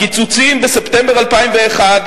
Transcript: הקיצוצים: בספטמבר 2001,